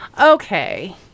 Okay